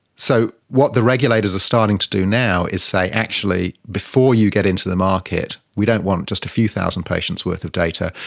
so what the regulators are starting to do now is say, actually, before you get into the market we don't want just a few thousand patients worth of data,